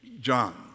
John